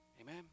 Amen